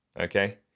Okay